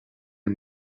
you